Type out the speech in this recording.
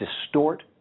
distort